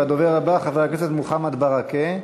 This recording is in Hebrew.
הדובר הבא, חבר הכנסת מוחמד ברכה,